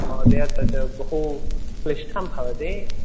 महोदय तद् बहु क्लिष्टं भवति